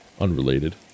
Unrelated